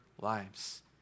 lives